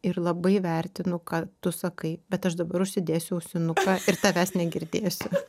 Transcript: ir labai vertinu ką tu sakai bet aš dabar užsidėsiu ausinuką ir tavęs negirdėsiu